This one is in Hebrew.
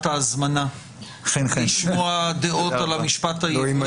ההזמנה לשמוע דעות על המשפט העברי.